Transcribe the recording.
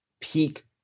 peak